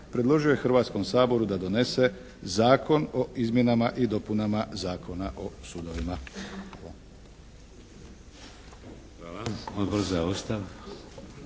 predložio je Hrvatskom saboru da donese Zakon o izmjenama i dopunama Zakona o sudovima.